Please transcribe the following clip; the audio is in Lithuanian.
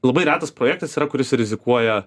labai retas projektas yra kuris rizikuoja